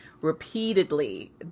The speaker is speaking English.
repeatedly